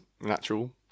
natural